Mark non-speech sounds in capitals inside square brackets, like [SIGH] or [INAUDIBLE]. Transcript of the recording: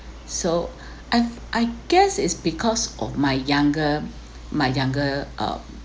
so [BREATH] I I guess is because of my younger my younger um